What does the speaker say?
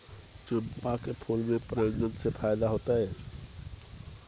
चंपा के फूल में परागण से फायदा होतय?